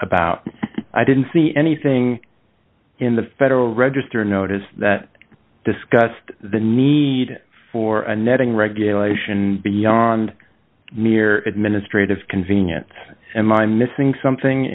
about i didn't see anything in the federal register notice that discussed the need for a netting regulation beyond mere administrative convenience and i'm missing something